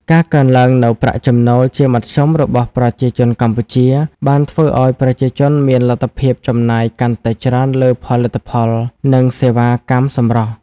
ការកើនឡើងនូវប្រាក់ចំណូលជាមធ្យមរបស់ប្រជាជនកម្ពុជា បានធ្វើឱ្យប្រជាជនមានលទ្ធភាពចំណាយកាន់តែច្រើនលើផលិតផល និងសេវាកម្មសម្រស់។